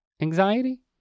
anxiety